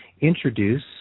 introduce